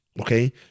okay